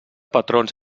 patrons